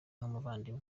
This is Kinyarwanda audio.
nk’umuvandimwe